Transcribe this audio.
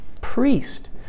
Priest